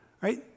Right